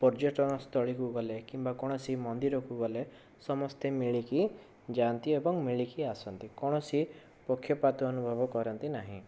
ପର୍ଯ୍ୟଟନସ୍ଥଳୀକୁ ଗଲେ କିମ୍ବା କୌଣସି ମନ୍ଦିରକୁ ଗଲେ ସମସ୍ତେ ମିଳିକି ଯାଆନ୍ତି ଏବଂ ମିଳିକି ଆସନ୍ତି କୌଣସି ପକ୍ଷପାତ ଅନୁଭବ କରନ୍ତି ନାହିଁ